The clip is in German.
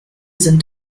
sind